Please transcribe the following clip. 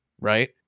right